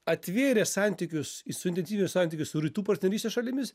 atvėrė santykius į sudėtinius santykius su rytų partnerystės šalimis